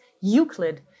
Euclid